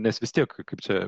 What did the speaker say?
nes vis tiek kaip čia